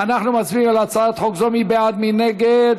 אנחנו מצביעים על הצעת חוק זו, מי בעד, מי נגד.